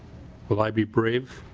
will i be brave?